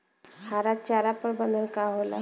हरा चारा प्रबंधन का होला?